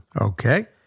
Okay